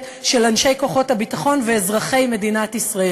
של אנשי כוחות הביטחון ואזרחי מדינת ישראל.